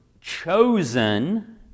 chosen